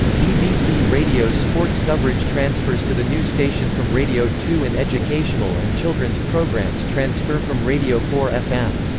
bbc radio's sports coverage transfers to the new station from radio two and educational and children's programmes transfer from radio four fm.